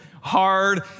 hard